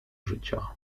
życia